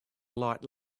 light